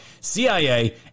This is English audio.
CIA